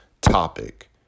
topic